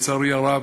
לצערי הרב,